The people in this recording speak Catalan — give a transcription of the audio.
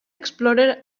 explorer